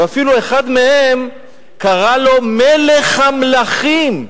ואפילו אחד מהם קרא לו "מלך המלכים".